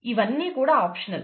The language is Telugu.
ఇవన్నీ కూడా ఆప్షనల్